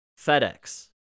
FedEx